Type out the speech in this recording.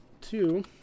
two